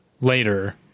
later